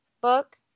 book